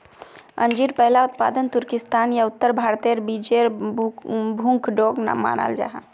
अंजीर पहला उत्पादन तुर्किस्तान या उत्तर भारतेर बीचेर भूखंडोक मानाल जाहा